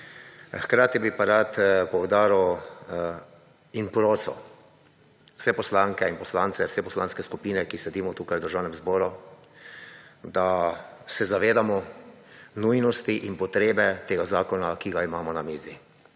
Hkrati bi pa rad poudaril in prosil vse poslanke in poslance, vse poslanske skupine, ki sedimo tukaj v Državnem zboru, da se zavedamo nujnosti in potrebe tega zakona, ki ga imamo na mizi.